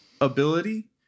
ability